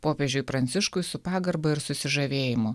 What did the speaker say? popiežiui pranciškui su pagarba ir susižavėjimu